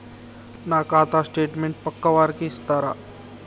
నా ఖాతా స్టేట్మెంట్ పక్కా వారికి ఇస్తరా?